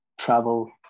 travel